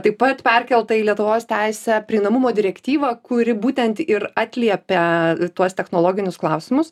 taip pat perkelta į lietuvos teisę prieinamumo direktyva kuri būtent ir atliepia tuos technologinius klausimus